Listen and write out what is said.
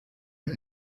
for